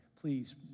Please